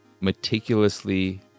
meticulously